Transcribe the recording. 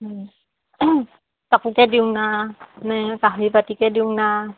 কাপোৰকে দিওঁ না নে কাঁহী বাতিকে দিওঁ না